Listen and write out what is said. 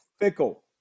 Fickle